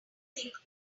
think